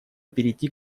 перейти